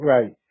Right